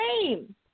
name